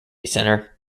centre